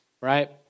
right